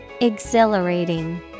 Exhilarating